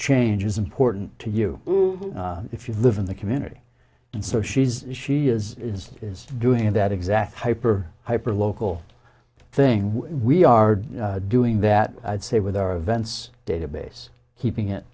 changes important to you if you live in the community so she's she is doing that exact hyper hyper local thing we are doing that i'd say with our events database keeping it